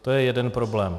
To je jeden problém.